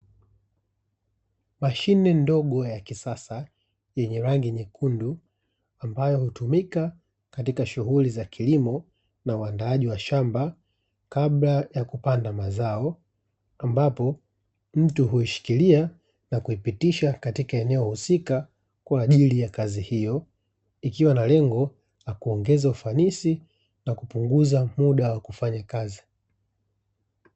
Mashine ndogo ya kisasa, yenye rangi nyekundu ambayo hutumika katika shughuli za kilimo na uandaaji wa shamba kabla ya kupanda mazao, ambapo mtu huishikilia na kuipitisha katika eneo husika kwaajili ya kazi hiyo, ikiwa na lengo la kuongeza ufanisi na kupunguza muda wa kufanya kazi.